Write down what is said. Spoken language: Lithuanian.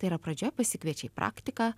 tai yra pradžioje pasikviečia į praktiką